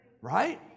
right